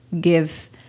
give